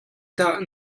dah